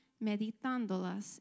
meditándolas